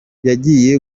yagiye